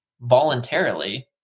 voluntarily